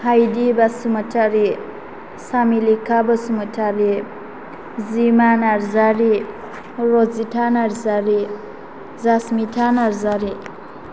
Haidi Basumatary Samelikha Basumatary Jima Narzary Rajitha Narzary Jasmitha Narzary